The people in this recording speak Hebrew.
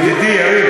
ידידי יריב,